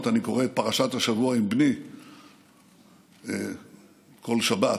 אני קורא את פרשת השבוע עם בני כל שבת,